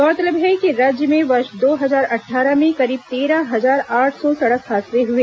गौरतलब है कि राज्य में वर्ष दो हजार अट्ठारह में करीब तेरह हजार आठ सौ सड़क हादसे हुए